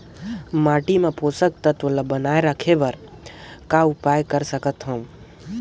माटी मे पोषक तत्व ल बनाय राखे बर कौन उपाय कर सकथव?